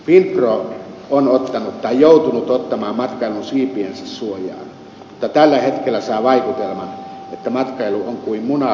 finpro on ottanut tai joutunut ottamaan matkailun siipiensä suojaan mutta tällä hetkellä saa vaikutelman että matkailu on kuin sellainen muna linnunpesässä jota sijaisemo hautoo